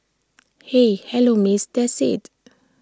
hey hello miss that's IT